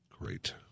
Great